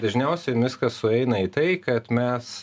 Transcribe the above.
dažniausiai viskas sueina į tai kad mes